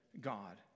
God